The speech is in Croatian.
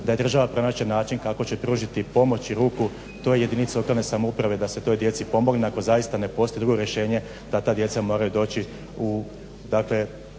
da i država pronađe način kako će pružiti pomoć i ruku toj jedinici lokalne samouprave da se toj djeci pomogne ako zaista ne postoji drugo rješenje da ta djeca moraju doći u